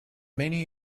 many